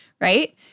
right